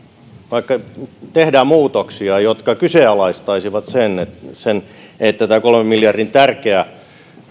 vaikka tehtäisiin muutoksia jotka kyseenalaistaisivat sen sen että tämä kolmen miljardin tärkeä